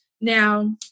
Now